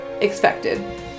Expected